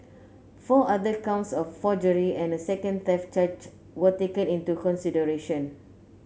four other counts of forgery and a second theft charge were taken into consideration